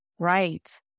Right